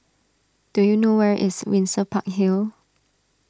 do you know where is Windsor Park Hill